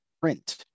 print